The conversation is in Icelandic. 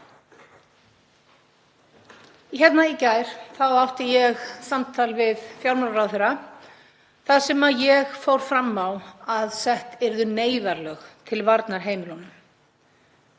ára. Í gær átti ég samtal við fjármálaráðherra þar sem ég fór fram á að sett yrðu neyðarlög til varnar heimilunum.